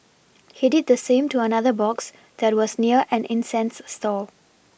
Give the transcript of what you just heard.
he did the same to another box that was near an incense stall